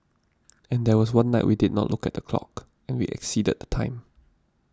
and there was one night we did not look at the clock and we exceeded the time